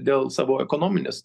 dėl savo ekonominės